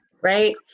right